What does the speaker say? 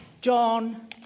John